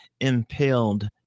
impaled